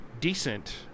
decent